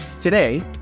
Today